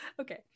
Okay